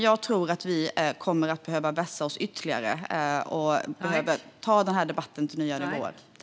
Jag tror dock att vi kommer att behöva vässa oss ytterligare och ta denna debatt till nya nivåer.